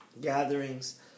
gatherings